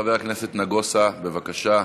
חבר הכנסת נגוסה, בבקשה.